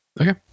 Okay